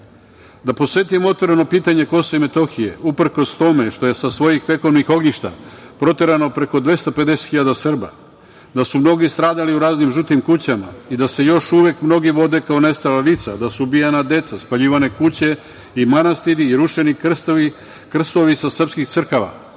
podsetim, otvoreno pitanje KiM, uprkos tome što je sa svojih vekovnih ognjišta proterano preko 250 hiljada Srba, da su mnogi stradali u raznim žutim kućama i da se još uvek mnogi vode kao nestala lica, da su ubijana deca, spaljivane kuće i manastiri i rušeni krstovi sa srpskih crkava,